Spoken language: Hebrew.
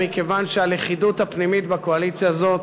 מכיוון שהלכידות הפנימית בקואליציה הזאת